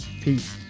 peace